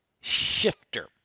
shifter